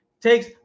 takes